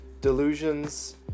delusions